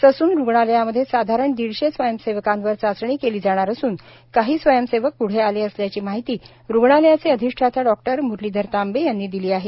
Sassoon रुग्णालयामधे साधारण दीडशे स्वयंसेवकांवर चाचणी केली जाणार असून काही स्वयंसेवक प्ढे आले असल्याची माहिती रुग्णालयाचे अधिष्ठाता डॉक्टर म्रलीधर तांबे यांनी दिली आहे